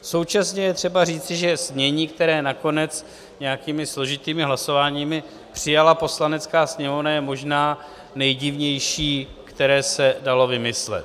Současně je třeba říci, že znění, které nakonec nějakými složitými hlasováními přijala Poslanecká sněmovna, je možná nejdivnější, které se dalo vymyslet.